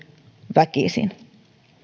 väkisin